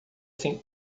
sem